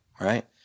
Right